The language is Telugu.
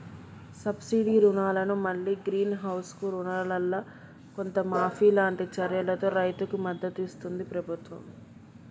సబ్సిడీ రుణాలను మల్లి గ్రీన్ హౌస్ కు రుణాలల్లో కొంత మాఫీ లాంటి చర్యలతో రైతుకు మద్దతిస్తుంది ప్రభుత్వం